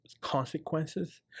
consequences